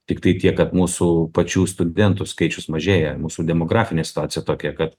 tiktai tiek kad mūsų pačių studentų skaičius mažėja mūsų demografinė situacija tokia kad